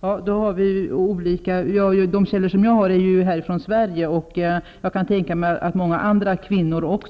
Fru talman! De källor som jag har åberopat är från Sverige. Och jag kan tänka mig att många andra kvinnor